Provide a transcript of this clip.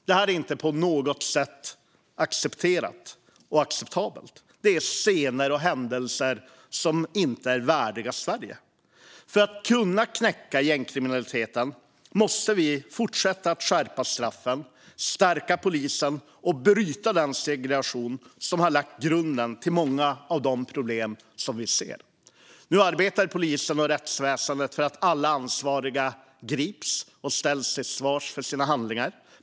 Detta är inte acceptabelt på något sätt. Det är scener och händelser som inte är värdiga Sverige. För att kunna knäcka gängkriminaliteten måste vi fortsätta att skärpa straffen, stärka polisen och bryta den segregation som har lagt grunden till många av de problem som vi ser. Nu arbetar polisen och rättsväsendet för att alla ansvariga ska gripas och ställas till svars för sina handlingar.